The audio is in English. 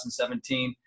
2017